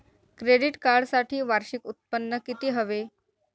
Credit कार्डसाठी वार्षिक उत्त्पन्न किती हवे?